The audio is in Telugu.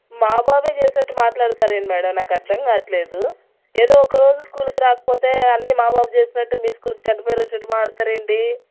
మా బాబు చేసినట్టు మాట్లాడతారు ఏంటి మేడమ్ నాకు అర్థం కాట్లేదు ఏదో ఒక రోజు స్కూల్కి రాకపోతే అన్ని మా బాబు చేసినట్టు మీ స్కూల్కి చెడ్డ పేరు వచ్చినట్టు మాట్లాడతారు ఏంటి